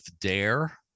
Dare